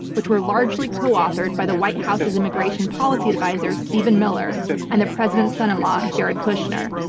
which were largely co-authored by the white house's immigration policy advisor, stephen miller and the president's son-in-law, jared kushner.